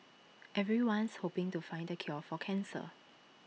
everyone's hoping to find the cure for cancer